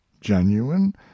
genuine